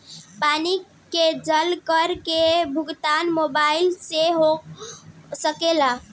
पानी के जल कर के भुगतान मोबाइल से हो सकेला का?